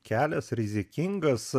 kelias rizikingas